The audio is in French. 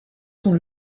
sont